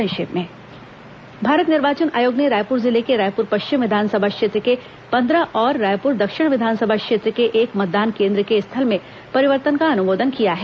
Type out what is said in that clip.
संक्षिप्त समाचार भारत निर्वाचन आयोग ने रायपुर जिले के रायपुर पश्चिम विधानसभा क्षेत्र के पन्द्रह और रायपुर दक्षिण विधानसभा क्षेत्र के एक मतदान केन्द्र के स्थल में परिवर्तन का अनुमोदन किया है